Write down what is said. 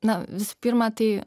na visų pirma tai